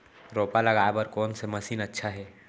रोपा लगाय बर कोन से मशीन अच्छा हे?